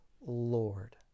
Lord